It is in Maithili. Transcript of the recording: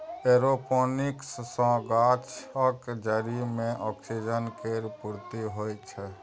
एरोपोनिक्स सँ गाछक जरि मे ऑक्सीजन केर पूर्ती होइ छै